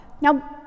Now